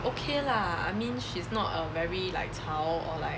okay lah I mean she's not a very like 吵 or like